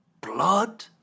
blood